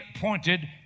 pointed